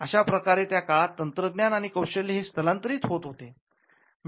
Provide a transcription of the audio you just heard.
अशाप्रकारे त्या काळा ततंत्रज्ञान आणि कौशल्य हे स्थलांतरित होत असे